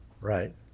Right